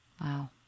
Wow